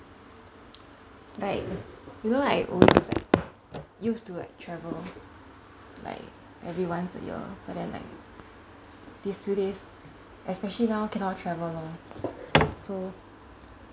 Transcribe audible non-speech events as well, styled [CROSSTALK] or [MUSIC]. [NOISE] like you know always like used to like travel like every once a year but then like this few days especially now cannot travel lor so